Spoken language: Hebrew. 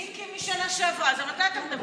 מיקי מהשנה שעברה, אז על מתי אתה מדבר?